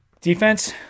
Defense